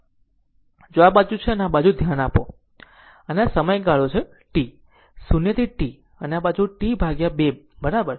જો આ બાજુ અને આ બાજુ તરફ ધ્યાન આપો અને આ આ સમયગાળો છે t કહેવું 0 થી t અને આ સમય છે T 2 બરાબર